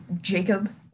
Jacob